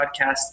podcast